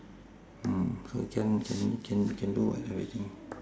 mm can can can can do [what] everything